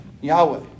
Yahweh